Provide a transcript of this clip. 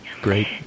Great